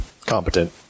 competent